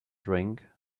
drink